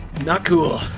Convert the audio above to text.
not cool!